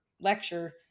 lecture